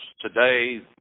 today